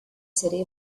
city